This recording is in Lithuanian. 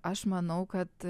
aš manau kad